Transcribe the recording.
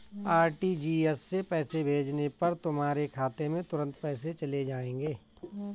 RTGS से पैसे भेजने पर तुम्हारे खाते में तुरंत पैसे चले जाएंगे